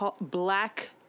black